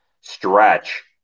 stretch